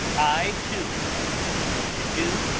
i, too, have a duty to do,